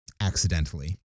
accidentally